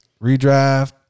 Redraft